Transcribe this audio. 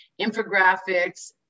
infographics